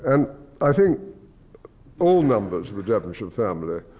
and i think all members of the devonshire family